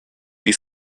die